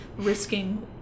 risking